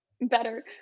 better